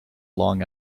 long